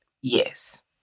Yes